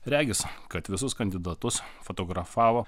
regis kad visus kandidatus fotografavo